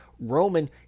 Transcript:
Roman